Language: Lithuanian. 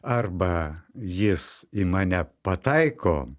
arba jis ima ne pataiko